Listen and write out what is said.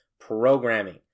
programming